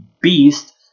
beast